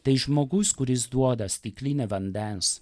tai žmogus kuris duoda stiklinę vandens